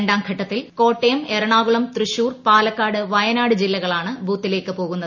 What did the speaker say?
രണ്ടാം ഘട്ടത്തിൽ കോട്ടയം എറണാകുളം തൃശൂർ പാലക്കാട് വയനാട് ജില്ലകളാണ് ബൂത്തിലേക്ക് പോകുന്നത്